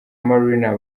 marina